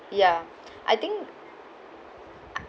ya I think